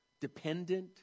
dependent